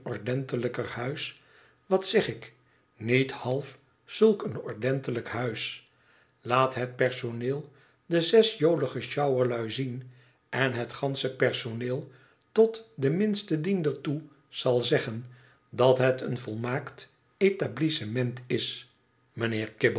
telijker huis wat zeg ik niet half zulk een ordentelijk huis laat het personeel de zes jolige sjouwerlui zien en het gansche personeel tot den minsten diender toe zal zeggen dat het een volmaakt établissement is mijnheer